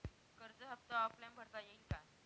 कर्ज हफ्ता ऑनलाईन भरता येईल का?